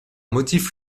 motifs